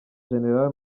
general